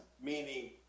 meaning